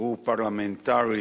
הוא פרלמנטרי,